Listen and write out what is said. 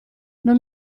non